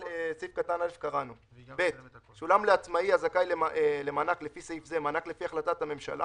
כספים של עמית מקרן השתלמות בפטור ממס לפי סעיף 9(16ג) לפקודת מס הכנסה,